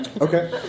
Okay